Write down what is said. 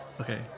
Okay